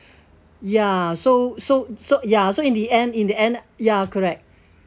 ya so so so ya so in the end in the end ya correct